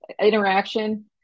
interaction